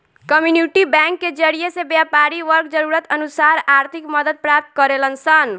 community bank के जरिए से व्यापारी वर्ग जरूरत अनुसार आर्थिक मदद प्राप्त करेलन सन